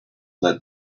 that